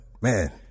man